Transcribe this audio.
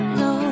no